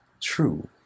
true